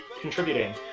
contributing